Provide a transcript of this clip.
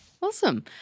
Awesome